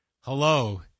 hello